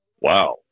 Wow